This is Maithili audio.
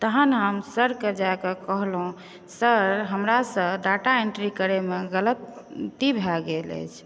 तखन हम सरके जाकऽ कहलहुँ सर हमरासँ डाटा एन्ट्री करैमे गलती भऽ गेल अछि